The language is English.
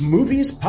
Movies